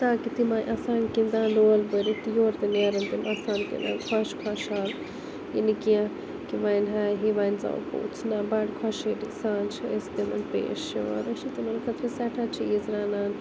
تاکہ تِم آے اَسان گِندان لول بٔرِتھ یورٕ تہِ نیرَن تِم اَسان گِندان خۄش تہٕ خۄشحال یہِ نہٕ کینٛہہ کہ وۄنۍ ہاے ہے وۄنۍ ژاو پوٚژھنہ بَڑٕ خۄشحٲلی سان چھِ أسۍ تمن پیش یِوان أسۍ چھِ تِمَن خٲطرٕ سیٚٹھاہ چیٖز رَنان